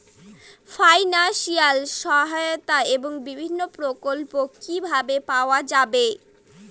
Financial সহায়তা এবং বিভিন্ন প্রকল্প কিভাবে পাওয়া যাবে?